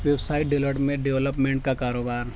web site ڈلرمیڈ development کا کاروبار